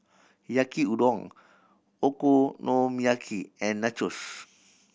Yaki Udon Okonomiyaki and Nachos